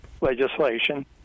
legislation